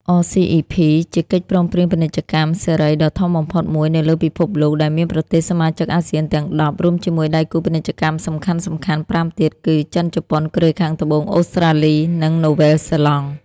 អ សុី អុី ភី (RCEP)ជាកិច្ចព្រមព្រៀងពាណិជ្ជកម្មសេរីដ៏ធំបំផុតមួយនៅលើពិភពលោក ដែលមានប្រទេសសមាជិកអាស៊ានទាំង ១០ រួមជាមួយដៃគូពាណិជ្ជកម្មសំខាន់ៗ ៥ ទៀត គឺ ចិន ជប៉ុន កូរ៉េខាងត្បូង អូស្ត្រាលី និងនូវែលសេឡង់។